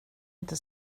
inte